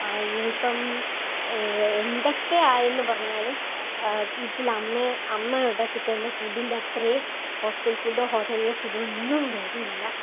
ഇപ്പം എന്തൊക്കെ ആയെന്ന് പറഞ്ഞാലും വീട്ടിൽ അമ്മ അമ്മ ഉണ്ടാക്കിത്തരുന്ന ഫുഡ്ഡിൻ്റെ അത്രയും ഹോസ്റ്റൽ ഫുഡ്ഡൊ ഹോട്ടലിലെ ഫുഡ്ഡൊ ഒന്നും വരില്ല